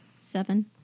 Seven